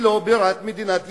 היא לא בירת מדינת ישראל,